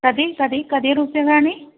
कति कति कति रूप्यकाणि